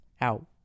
out